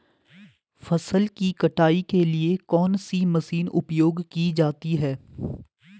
फसल की कटाई के लिए कौन सी मशीन उपयोग की जाती है?